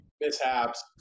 mishaps